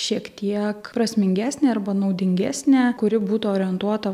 šiek tiek prasmingesnė arba naudingesnė kuri būtų orientuota